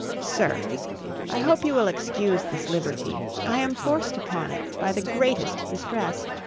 sir i hope you will excuse this liberty i am forced upon it by the greatest distress,